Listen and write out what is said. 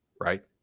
right